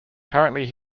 currently